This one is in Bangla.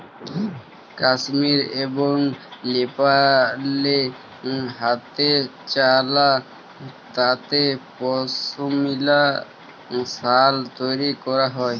কাশ্মীর এবং লেপালে হাতেচালা তাঁতে পশমিলা সাল তৈরি ক্যরা হ্যয়